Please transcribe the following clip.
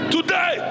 Today